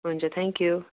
हुन्छ thank you